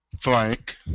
Frank